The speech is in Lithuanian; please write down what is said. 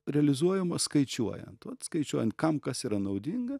realizuojama skaičiuojant vat skaičiuojant kam kas yra naudinga